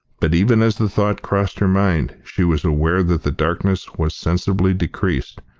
but even as the thought crossed her mind she was aware that the darkness was sensibly decreased,